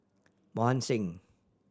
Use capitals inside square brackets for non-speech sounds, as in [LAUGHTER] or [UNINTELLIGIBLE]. [UNINTELLIGIBLE] Singh